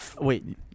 Wait